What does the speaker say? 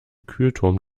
kühlturm